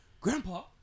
Grandpa